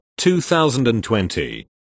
2020